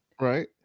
Right